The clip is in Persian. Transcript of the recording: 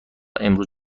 امروز